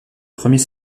premier